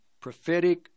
prophetic